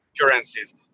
currencies